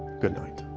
good night.